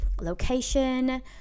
location